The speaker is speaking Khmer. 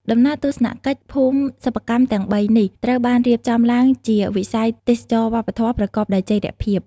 ដំណើរទស្សនកិច្ចភូមិសិប្បកម្មទាំងបីនេះ ត្រូវបានរៀបចំឡើងជា វិស័យទេសចរណ៍វប្បធម៌ ប្រកបដោយចីរភាព។